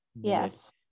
Yes